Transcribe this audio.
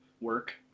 work